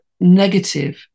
negative